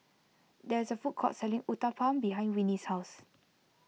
there is a food court selling Uthapam behind Winnie's house